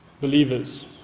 believers